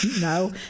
No